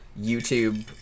YouTube